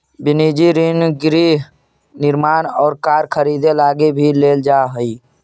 वनिजी ऋण गृह निर्माण और कार खरीदे लगी भी लेल जा हई